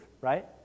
right